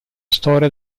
storia